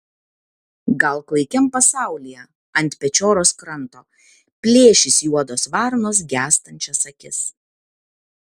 gal klaikiam pasaulyje ant pečioros kranto plėšys juodos varnos gęstančias akis